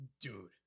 Dude